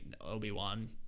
obi-wan